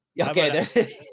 Okay